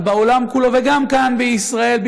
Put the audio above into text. אבל בעולם כולו וגם כאן בישראל,